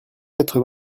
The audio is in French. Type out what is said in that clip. quatre